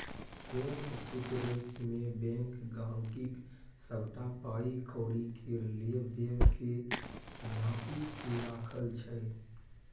bank सिकरेसीमे bank गांहिकीक सबटा पाइ कौड़ी केर लेब देब केँ झांपि केँ राखय छै